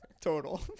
total